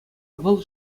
вӑл